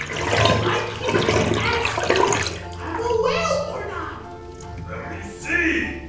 so i came to ask you if i'm a whale or not! let me see!